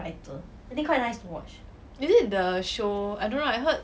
is it the show I don't know ah I heard